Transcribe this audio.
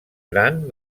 gran